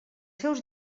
seus